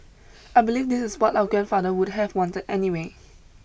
I believe this is what our grandfather would have wanted anyway